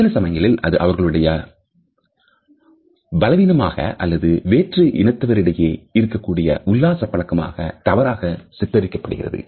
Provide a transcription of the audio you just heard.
சில சமயங்களில் அது அவர்களுடைய பலவீனமாக அல்லது வேற்று இனத்தவரிடையே இருக்கக்கூடிய உல்லாச பழக்கமாக தவறாக சித்தரிக்கப்படும்